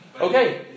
Okay